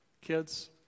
kids